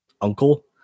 uncle